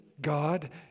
God